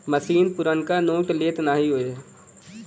मसीन पुरनका नोट लेत नाहीं हौ